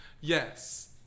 Yes